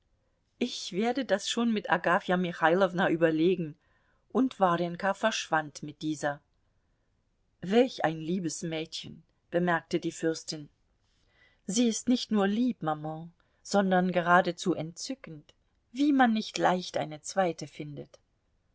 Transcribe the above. ich werde das schon mit agafja michailowna überlegen und warjenka verschwand mit dieser welch ein liebes mädchen bemerkte die fürstin sie ist nicht nur lieb maman sondern geradezu entzückend wie man nicht leicht eine zweite findet